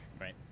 Right